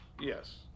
Yes